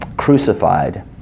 crucified